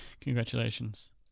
Congratulations